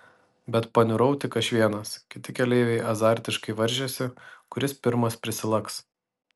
bet paniurau tik aš vienas kiti keleiviai azartiškai varžėsi kuris pirmas prisilaks